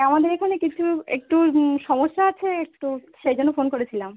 আমাদের এখানে কিছু একটু সমস্যা আছে একটু সেই জন্য ফোন করেছিলাম